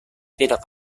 tidak